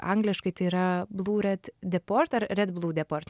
angliškai tai yra blue red deport ar red blue deport